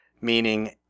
meaning